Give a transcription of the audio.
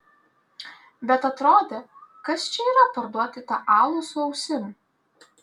bet atrodė kas čia yra parduoti tą alų su ausim